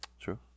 True